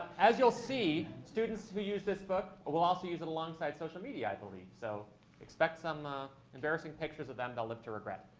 as you'll see, students who use this book will also use it alongside social media, i believe. so expect some ah embarrassing pictures of them they'll live to regret.